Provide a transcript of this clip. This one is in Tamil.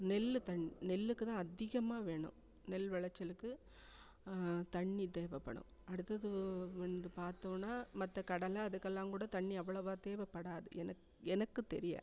நெல் தண் நெல்லுக்கு தான் அதிகமாக வேணும் நெல் விளச்சலுக்கு தண்ணி தேவைப்படும் அடுத்தது வந்து பார்த்தோன்னா மற்ற கடலை அதுக்கெல்லாம் கூட தண்ணி அவ்வளோவா தேவைப்படாது எனக் எனக்கு தெரிய